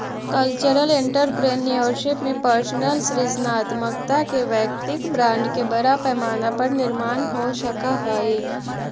cultural entrepreneurship में personal सृजनात्मकता के वैयक्तिक ब्रांड के बड़ा पैमाना पर निर्माण हो सकऽ हई